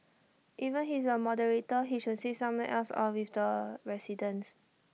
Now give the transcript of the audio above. even he is A moderator he should sit somewhere else or with the residents